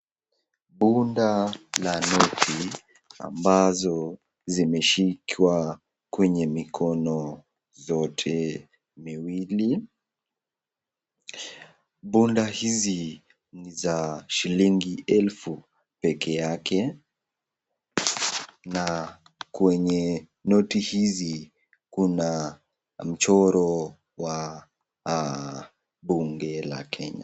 Bunda la noti ambazo zimeshikwa kwenye mikono zote miwili. Bunda hizi ni za shilingi elfu peke yake, na kwenye noti hizi kuna mchoro wa Bunge la Kenya.